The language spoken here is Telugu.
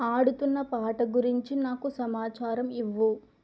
ఆడుతున్న పాట గురించి నాకు సమాచారం ఇవ్వు